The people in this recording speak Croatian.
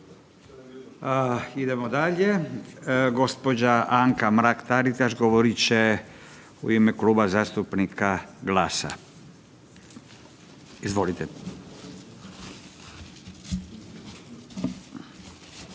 Idemo dalje gospođa Anka Mrak Taritaš govorit će u ime Kluba GLASA-a. Izvolite.